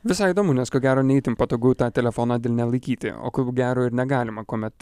visai įdomu nes ko gero ne itin patogu tą telefoną delne laikyti o ko gero ir negalima kuomet